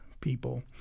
people